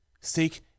Seek